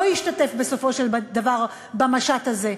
לא ישתתף במשט הזה,